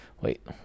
Wait